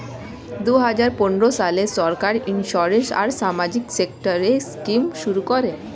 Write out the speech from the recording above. দুই হাজার পনেরো সালে সরকার ইন্সিওরেন্স আর সামাজিক সেক্টরের স্কিম শুরু করে